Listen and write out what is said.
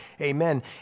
Amen